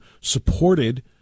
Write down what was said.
supported